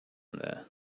there